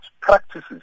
practices